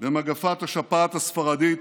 כפי שקרה במגפת השפעת הספרדית